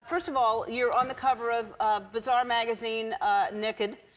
first of all, you're on the cover of bazaar magazine naked.